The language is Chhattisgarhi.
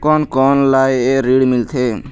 कोन कोन ला ये ऋण मिलथे?